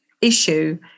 issue